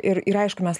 ir ir aišku mes